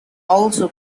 also